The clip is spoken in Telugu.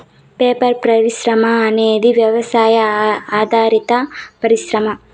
పేపర్ పరిశ్రమ అనేది వ్యవసాయ ఆధారిత పరిశ్రమ